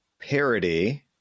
parody